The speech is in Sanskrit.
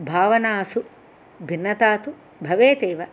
भावनासु भिन्नता तु भवेत् एव